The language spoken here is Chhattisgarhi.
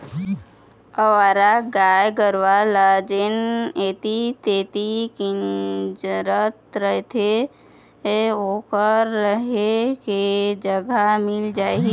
अवारा गाय गरूवा ल जेन ऐती तेती किंजरत रथें ओखर रेहे के जगा मिल जाही